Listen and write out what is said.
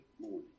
morning